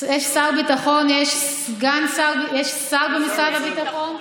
יש שר ביטחון, יש שר במשרד הביטחון,